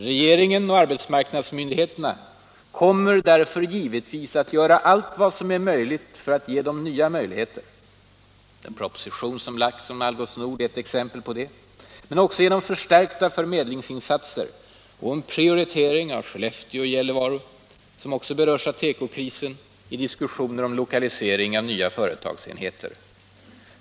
Regeringen och arbetsmarknadsmyndigheterna kommer givetvis att göra allt som är tänkbart för att ge dem nya möjligheter — propositionen om Algots Nord är ett exempel härpå — bl.a. genom förstärkta förmedlingsinsatser och prioritering av Skellefteå och Gällivare, som också berörs av tekokrisen, i diskussioner om lokalisering av nya företagsenheter.